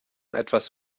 etwas